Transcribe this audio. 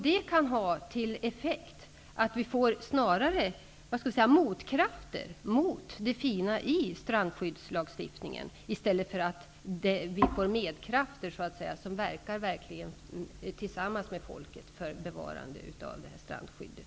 Det kan ha som effekt att vi snarare får motkrafter mot det fina i strandskyddslagstiftningen än så att säga medkrafter, som verkligen verkar tillsammans med folket för bevarande av strandskyddet.